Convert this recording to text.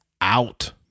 out